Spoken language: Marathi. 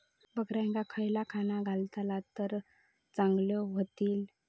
बकऱ्यांका खयला खाणा घातला तर चांगल्यो व्हतील?